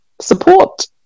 support